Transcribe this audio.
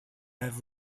have